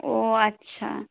ও আচ্ছা